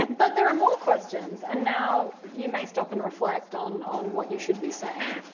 but there are more questions. and now, you may stop and reflect on on what you should be saying.